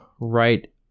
right